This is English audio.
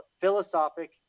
philosophic